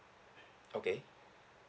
okay